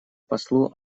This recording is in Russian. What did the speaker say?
послу